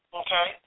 okay